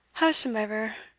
howsomever,